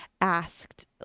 asked